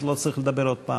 לא צריך לדבר עוד פעם.